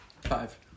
five